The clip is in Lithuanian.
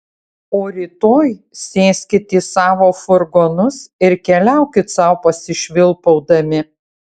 o rytoj sėskit į savo furgonus ir keliaukit sau pasišvilpaudami